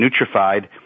nutrified